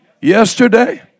yesterday